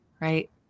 right